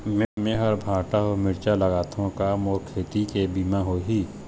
मेहर भांटा अऊ मिरचा लगाथो का मोर खेती के बीमा होही?